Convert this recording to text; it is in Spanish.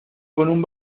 con